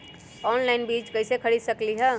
Online बीज कईसे खरीद सकली ह?